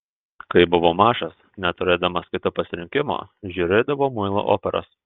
kai buvau mažas neturėdamas kito pasirinkimo žiūrėdavau muilo operas